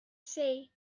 say